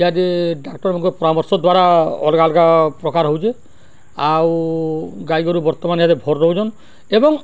ଇତ୍ୟାଦି ଡାକ୍ତରଙ୍କ ପରାମର୍ଶ ଦ୍ୱାରା ଅଲଗା ଅଲଗା ପ୍ରକାର ହେଉଛେ ଆଉ ଗାଈଗୋରୁ ବର୍ତ୍ତମାନ ଭର ରହୁଛନ୍ ଏବଂ